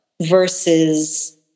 versus